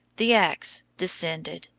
the axe descended.